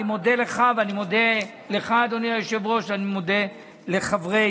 אני לא מוכנה לקבל שחברי